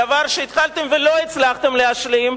דבר שהתחלתם ולא הצלחתם להשלים,